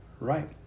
right